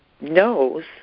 knows